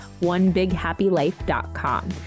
OneBigHappyLife.com